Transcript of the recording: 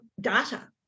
data